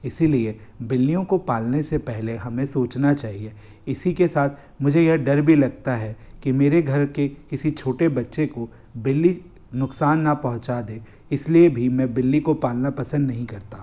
इसीलिए बिल्लियों को पालने से पहले हमें सोचना चाहिए इसी के साथ मुझे यह डर भी लगता है कि मेरे घर के किसी छोटे बच्चे को बिल्ली नुकसान ना पहुँचा दे इसलिए भी मैं बिल्ली को पालना पसंद नहीं करता